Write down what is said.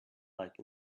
like